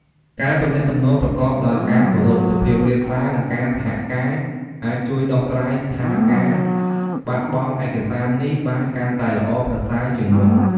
ការទំនាក់ទំនងប្រកបដោយ ការគោរព សុភាពរាបសារ និងការសហការ អាចជួយដោះស្រាយស្ថានការណ៍បាត់បង់ឯកសារនេះបានកាន់តែល្អប្រសើរជាងមុន។